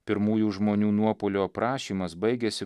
pirmųjų žmonių nuopuolio aprašymas baigiasi